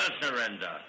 surrender